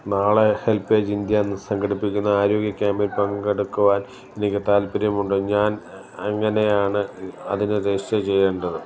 നാളെ help age India എന്നു സംഘടിപ്പിക്കുന്ന ആരോഗ്യ ക്യാമ്പിൽ പങ്കെടുക്കുവാൻ എനിക്ക് താൽപ്പര്യമുണ്ട് ഞാൻ എങ്ങനെയാണ് അതിന് രജിസ്റ്റർ ചെയ്യേണ്ടത്